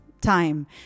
time